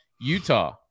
Utah